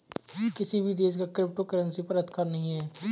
किसी भी देश का क्रिप्टो करेंसी पर अधिकार नहीं है